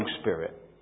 spirit